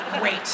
great